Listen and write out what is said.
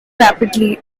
rapidly